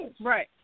Right